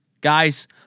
Guys